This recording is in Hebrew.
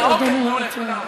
אה, אוקיי, מעולה, תודה רבה.